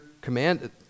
commanded